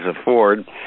afford